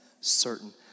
certain